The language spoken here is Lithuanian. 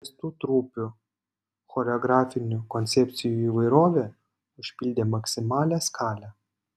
kviestų trupių choreografinių koncepcijų įvairovė užpildė maksimalią skalę